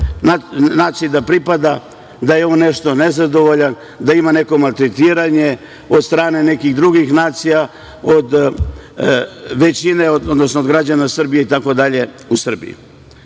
naciji da pripada da je on nešto nezadovoljan, da ima neko maltretiranje od strane nekih drugih nacija, od većine, odnosno od građana Srbije itd. u Srbiji. Mi,